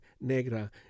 Negra